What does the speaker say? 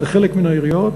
בחלק מהעיריות,